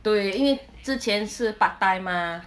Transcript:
对因为之前是 part-time mah